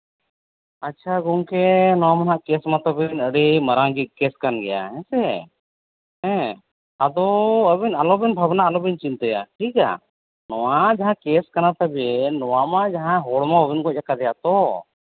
ᱟᱪᱪᱷᱟ ᱜᱚᱝᱠᱮ ᱱᱚᱣᱟ ᱢᱟ ᱠᱮᱹᱥ ᱢᱟᱛᱚ ᱵᱤᱱ ᱟᱹᱰᱤ ᱢᱟᱨᱟᱝ ᱜᱮ ᱠᱮᱹᱥ ᱠᱟᱱ ᱜᱮᱭᱟ ᱦᱮᱸᱥᱮ ᱦᱮᱸ ᱟᱫᱚ ᱟᱵᱮᱱ ᱟᱞᱚᱵᱮᱱ ᱵᱷᱟᱵᱽᱱᱟᱜᱼᱟ ᱟᱞᱚᱵᱮᱱ ᱪᱤᱱᱛᱟᱹᱭᱟ ᱴᱷᱤᱠᱼᱟ ᱱᱚᱣᱟ ᱡᱟᱦᱟᱸ ᱠᱮᱹᱥ ᱠᱟᱱᱟ ᱛᱟᱹᱵᱤᱱ ᱱᱚᱣᱟ ᱢᱟ ᱡᱟᱸᱦᱟ ᱦᱚᱲ ᱢᱟ ᱵᱟᱵᱮᱱ ᱜᱚᱡ ᱠᱟᱫᱮᱭᱟ ᱛᱚ